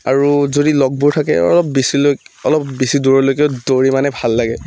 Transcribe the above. আৰু যদি লগবোৰ থাকে আৰু অলপ বেছি লৈ অলপ বেছি দূৰলৈকেও দৌৰি মানে ভাল লাগে